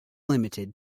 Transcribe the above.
limited